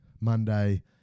monday